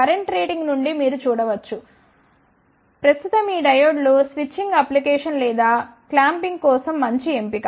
current rating నుండి మీరు చూడ వచ్చు ప్రస్తుతము ఈ డయోడ్లు స్విచ్చింగ్ అప్లికేషన్స్ లేదా క్లాంపింగ్ కోసం మంచి ఎంపిక